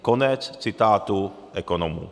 Konec citátu ekonomů.